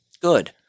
Good